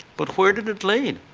but where did it lead?